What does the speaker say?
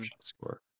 score